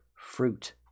fruit